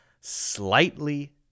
slightly